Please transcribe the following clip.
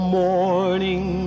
morning